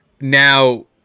now